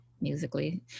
musically